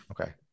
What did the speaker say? okay